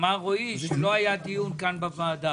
אמר רועי שלא היה דיון כאן בוועדה.